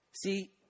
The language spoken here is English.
See